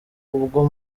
ubwo